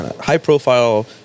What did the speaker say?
high-profile